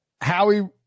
Howie